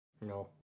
No